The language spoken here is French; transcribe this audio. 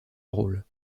drôles